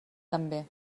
també